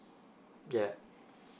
yeah